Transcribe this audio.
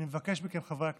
אני מבקש מכם, חברי הכנסת: